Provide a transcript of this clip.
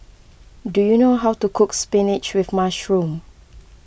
do you know how to cook Spinach with Mushroom